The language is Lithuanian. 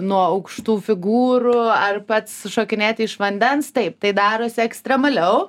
nuo aukštų figūrų ar pats šokinėti iš vandens taip tai darosi ekstremaliau